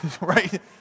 Right